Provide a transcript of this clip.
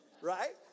right